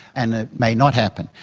and it may not happen.